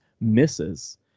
misses